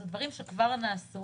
אלה דברים שכבר נעשו